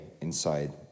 inside